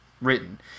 written